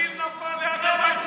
טיל נפל ליד הבית שלך.